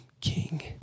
King